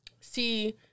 see